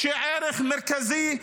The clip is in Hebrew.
שהוא ערך מרכזי.